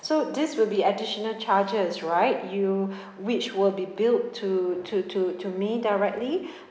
so this will be additional charges right you which will be billed to to to to me directly